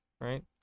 right